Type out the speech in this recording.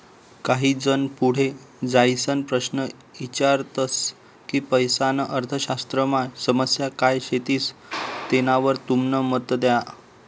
काही जन पुढे जाईसन प्रश्न ईचारतस की पैसाना अर्थशास्त्रमा समस्या काय शेतीस तेनावर तुमनं मत द्या